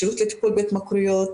השירות לטיפול בהתמכרויות.